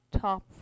top